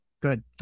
Good